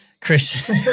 Chris